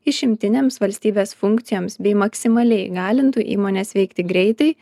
išimtinėms valstybės funkcijoms bei maksimaliai įgalintų įmones veikti greitai